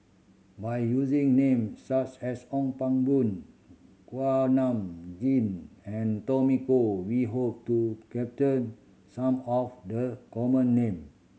by using name such as Ong Pang Boon Kuak Nam Jin and Tommy Koh we hope to capter some of the common name